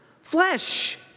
Flesh